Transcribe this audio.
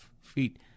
feet